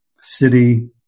city